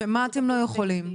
מה אתם לא יכולים?